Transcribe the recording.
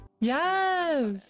yes